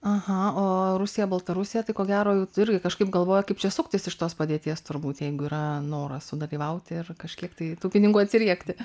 aha o rusija baltarusija tai ko gero irgi kažkaip galvoja kaip čia suktis iš tos padėties turbūt jeigu yra noras sudalyvauti ir kažkiek tai tų pinigų atsiriekti